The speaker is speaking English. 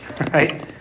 Right